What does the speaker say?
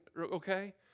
okay